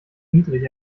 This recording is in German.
niedrig